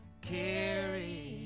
carry